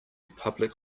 public